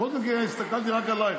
הסתכלתי רק עלייך,